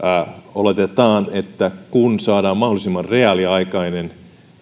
oletetaan että kun saadaan mahdollisimman reaaliaikainen